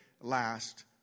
last